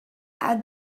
add